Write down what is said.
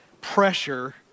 pressure